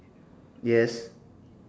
yes